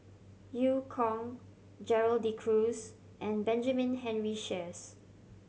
Eu Kong Gerald De Cruz and Benjamin Henry Sheares